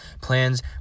plans